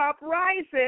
rises